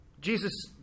Jesus